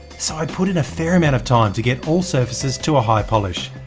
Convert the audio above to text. so i put in a fair amount of time to get all surfaces to a high polish.